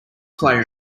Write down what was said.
player